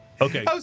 Okay